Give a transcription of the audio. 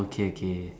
okay okay